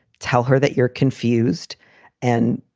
tell her that you're confused and,